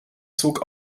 zog